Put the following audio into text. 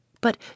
But